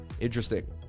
Interesting